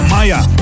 Maya